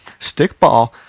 stickball